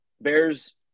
Bears